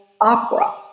opera